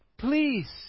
Please